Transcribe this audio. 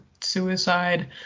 suicide